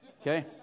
Okay